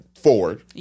Ford